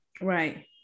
Right